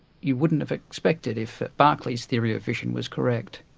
you wouldn't have expected if berkeley's theory of vision was correct.